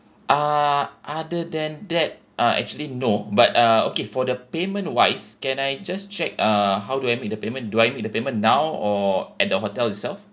ah other than that ah actually no but uh okay for the payment wise can I just check uh how to I make the payment do I make the payment now or at the hotel itself